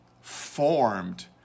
formed